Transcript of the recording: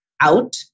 out